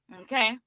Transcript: okay